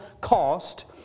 cost